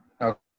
Okay